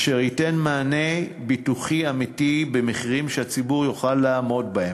אשר ייתן מענה ביטוחי אמיתי במחירים שהציבור יוכל לעמוד בהם.